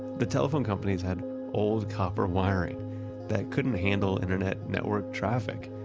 the telephone companies had old copper wiring that couldn't handle internet network traffic.